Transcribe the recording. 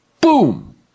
Boom